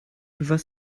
was